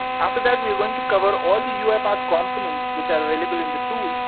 after that we are going to cover all the uipath components which are available in the tool.